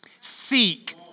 Seek